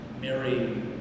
Mary